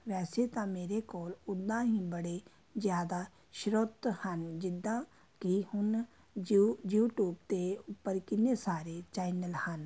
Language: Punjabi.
ਵੈਸੇ ਤਾਂ ਮੇਰੇ ਕੋਲ ਉੱਦਾਂ ਹੀ ਬੜੇ ਜ਼ਿਆਦਾ ਸਰੋਤ ਹਨ ਜਿੱਦਾਂ ਕਿ ਹੁਣ ਯੂ ਯੂਟਿਊਬ 'ਤੇ ਉੱਪਰ ਕਿੰਨੇ ਸਾਰੇ ਚੈਨਲ ਹਨ